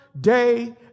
day